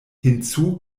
hinzu